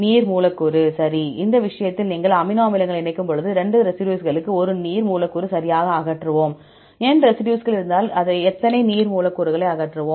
நீர் மூலக்கூறு சரி எனவே இந்த விஷயத்தில் நீங்கள் அமினோ அமிலங்களை இணைக்கும்போது 2 ரெசிடியூஸ்கள் ஒரு நீர் மூலக்கூறை சரியாக அகற்றுவோம் N ரெசிடியூஸ்கள் இருந்தால் எத்தனை நீர் மூலக்கூறுகளை அகற்றுவோம்